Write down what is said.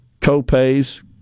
co-pays